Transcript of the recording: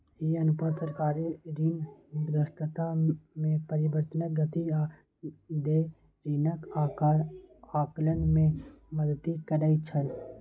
ई अनुपात सरकारी ऋणग्रस्तता मे परिवर्तनक गति आ देय ऋणक आकार आकलन मे मदति करै छै